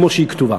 כמו שהיא כתובה.